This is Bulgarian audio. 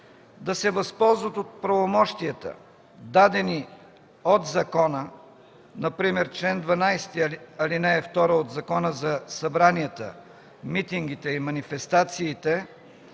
да се възползват от правомощията, дадени от закона, например чл. 12, ал. 2 от Закона за събранията, митингите и манифестациите,